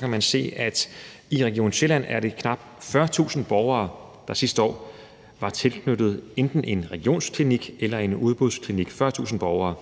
kan man se, at i Region Sjælland var det knap 40.000 borgere, der sidste år var tilknyttet enten en regionsklinik eller en udbudsklinik – 40.000 borgere.